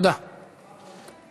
ברשות יושב-ראש הישיבה,